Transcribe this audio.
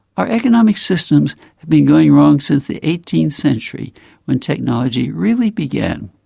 our economic systems have been going wrong since the eighteenth century when technology really began.